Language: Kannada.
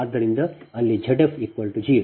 ಆದ್ದರಿಂದ ಅಲ್ಲಿ Z f 0